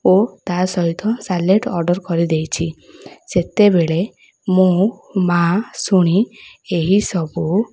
ଓ ତା' ସହିତ salad order କରିଦେଇଛି ସେତେବେଳେ ମୁଁ ମା' ଶୁଣି ଏହିସବୁ